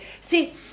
see